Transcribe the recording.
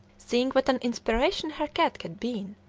seeing what an inspiration her cat had been,